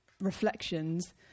reflections